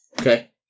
Okay